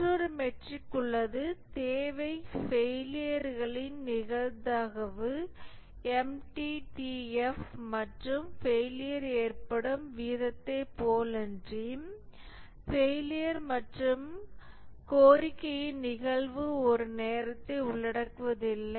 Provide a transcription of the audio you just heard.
மற்றொரு மெட்ரிக் உள்ளது தேவை ஃபெயிலியர்ன் நிகழ்தகவு MTTF மற்றும் ஃபெயிலியர் ஏற்படும் வீதத்தைப் போலன்றி ஃபெயிலியர் மற்றும் கோரிக்கையின் நிகழ்தகவு ஒரு நேரத்தை உள்ளடக்குவதில்லை